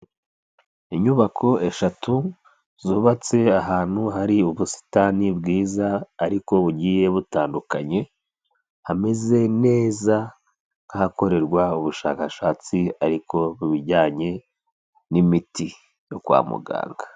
Inyubako eshatu zubatse ahantu hari ubusitani bwiza ariko bugiye butandukanye, hameze neza nk'ahakorerwa ubushakashatsi ariko mu bijyanye n'imiti yo kwa muganga.